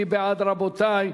מי בעד, רבותי?